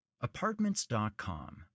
Apartments.com